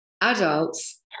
Adults